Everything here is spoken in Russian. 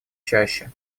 чаще